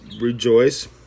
rejoice